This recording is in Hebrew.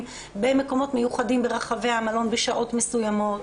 במקומות מיוחדים ברחבי המלון בשעות מסוימות,